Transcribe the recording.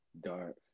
Dark